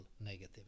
negative